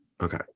okay